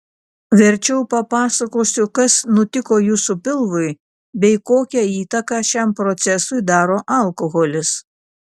verčiau papasakosiu kas nutiko jūsų pilvui bei kokią įtaką šiam procesui daro alkoholis